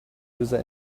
user